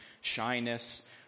shyness